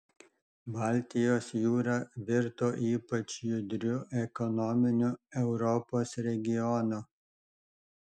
baltijos jūra virto ypač judriu ekonominiu europos regionu